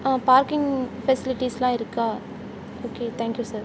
parking ஃபெசிலிட்டிஸ்லாம் இருக்கா okay thank you sir